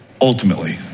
ultimately